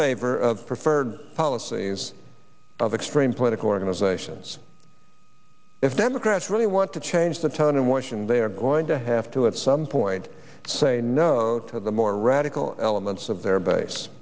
favor of preferred policies of extreme political organizations if democrats really want to change the tone in washington they are going to have to at some point say no to the more radical elements of their base